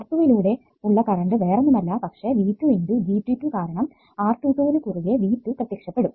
R22 യിലൂടെ ഉള്ള current വേറൊന്നുമല്ല പക്ഷെ V2 × G22 കാരണം R22 നു കുറുകെ V2 പ്രത്യക്ഷപ്പെടും